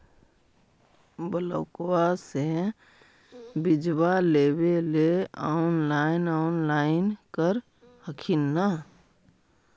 ब्लोक्बा से बिजबा लेबेले ऑनलाइन ऑनलाईन कर हखिन न?